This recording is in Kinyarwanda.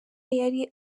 yari